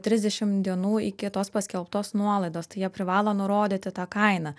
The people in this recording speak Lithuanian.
trisdešimt dienų iki tos paskelbtos nuolaidos tai jie privalo nurodyti tą kainą